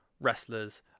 wrestlers